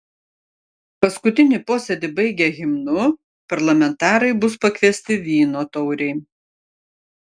paskutinį posėdį baigę himnu parlamentarai bus pakviesti vyno taurei